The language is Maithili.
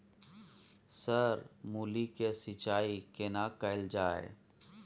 सर मूली के सिंचाई केना कैल जाए?